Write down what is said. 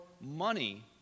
money